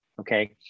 Okay